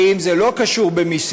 ואם זה לא קשור למיסים,